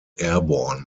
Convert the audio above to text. airborne